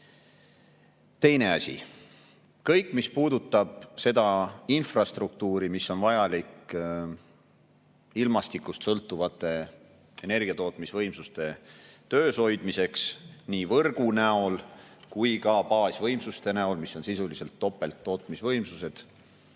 tuua. Teine asi. Mis puudutab seda infrastruktuuri, mis on vajalik ilmastikust sõltuvate energiatootmisvõimsuste töös hoidmiseks nii võrgu näol kui ka baasvõimsuste näol, mis on sisuliselt topelttootmisvõimsused,